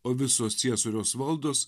o visos ciesoriaus valdos